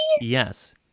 Yes